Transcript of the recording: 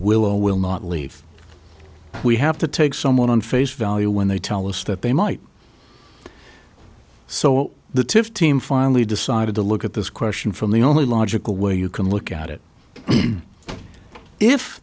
will will not leave we have to take someone on face value when they tell us that they might so the tiff team finally decided to look at this question from the only logical way you can look at it if